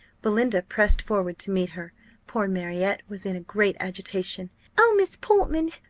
belinda pressed forward to meet her poor marriott was in great agitation oh, miss portman!